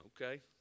Okay